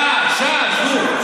שה, שה, עזבו.